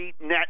net